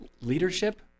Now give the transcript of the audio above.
leadership